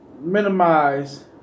minimize